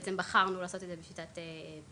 ובעצם בחרנו לעשות את זה בשיטת PPP,